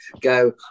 go